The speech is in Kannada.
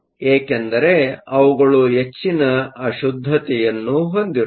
ಏಕೆಂದರೆ ಅವುಗಳು ಹೆಚ್ಚಿನ ಅಶುದ್ದತೆಯನ್ನು ಹೊಂದಿರುತ್ತವೆ